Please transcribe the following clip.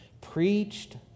preached